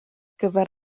gyfer